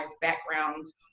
backgrounds